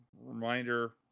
Reminder